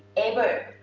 able,